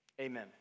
amen